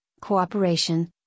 cooperation